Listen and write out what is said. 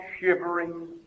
shivering